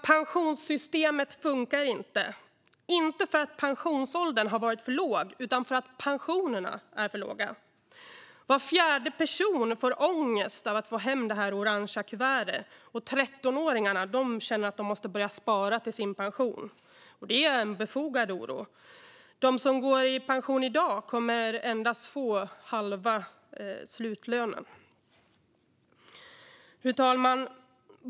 Pensionssystemet funkar inte, inte för att pensionsåldern har varit för låg utan för att pensionerna är för låga. Var fjärde person får ångest av att få hem det orangefärgade kuvertet, och 13-åringar känner att de måste börja spara till sin pension. Det är en befogad oro. De som går i pension i dag kommer endast att få halva slutlönen. Fru talman!